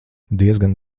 diezgan